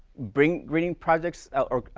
bring green projects, or